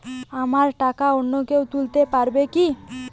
আমার টাকা অন্য কেউ তুলতে পারবে কি?